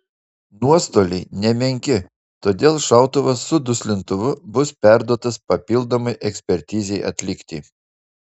nuostoliai nemenki todėl šautuvas su duslintuvu bus perduotas papildomai ekspertizei atlikti